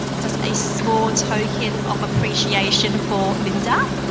just a small token of appreciation for lynda.